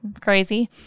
crazy